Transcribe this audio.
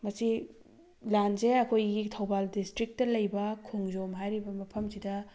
ꯃꯁꯤ ꯂꯥꯟꯁꯦ ꯑꯩꯈꯣꯏꯒꯤ ꯊꯧꯕꯥꯜ ꯗꯤꯁꯇ꯭ꯔꯤꯛꯇ ꯂꯩꯕ ꯈꯣꯝꯖꯣꯝ ꯍꯥꯏꯔꯤꯕ ꯃꯐꯝꯁꯤꯗ